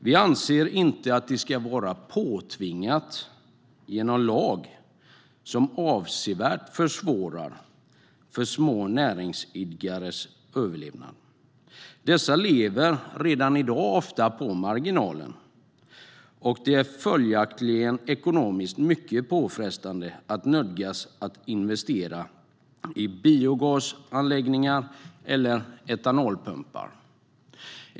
Vi anser dock inte att det ska vara påtvingat genom en lag som avsevärt försvårar små näringsidkares överlevnad. Dessa lever redan i dag ofta på marginalen, och det är följaktligen ekonomiskt mycket påfrestande att nödgas investera i biogasanläggningar eller etanolpumpar.